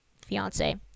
fiance